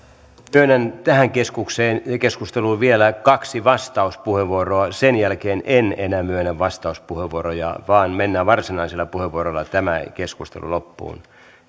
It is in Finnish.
myönnän tähän keskusteluun vielä kaksi vastauspuheenvuoroa sen jälkeen en enää myönnä vastauspuheenvuoroja vaan mennään varsinaisilla puheenvuoroilla tämä keskustelu loppuun